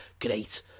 great